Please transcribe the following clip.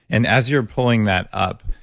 and as you're pulling that up,